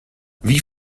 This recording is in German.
wie